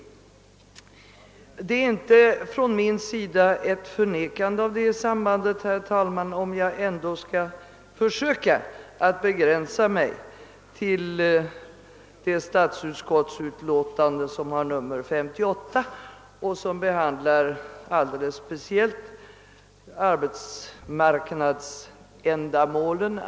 Det innebär inte ett förnekande av detta samband, herr talman, om jag nu försöker begränsa mig till statsutskottets utlåtande nr 58 i vilket särskilt behandlas anslagen för arbetsmarknadsändamålen.